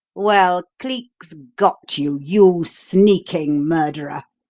well, cleek's got you, you sneaking murderer.